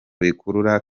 bikurura